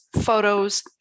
photos